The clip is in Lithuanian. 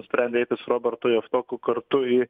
nusprendė eiti su robertu javtoku kartu į